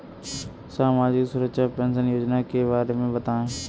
सामाजिक सुरक्षा पेंशन योजना के बारे में बताएँ?